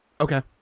okay